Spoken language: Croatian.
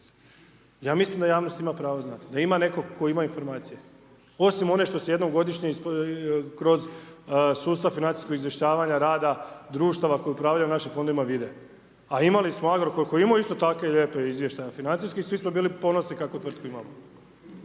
Ja mislim da javnost ima pravo znati, da ima netko tko ima informacije osim one što se jednom godišnje kroz sustav financijskog izvještavanja rada društava koje upravljaju našim fondovima vide. A imali smo Agrokor koji je imao isto takve lijepe izvještaje financijske i svi smo bili ponosni kakvu tvrtku imamo.